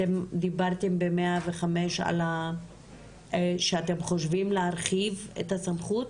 אתם דיברתם ב-105 שאתם חושבים להרחיב את הסמכות,